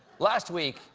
last week,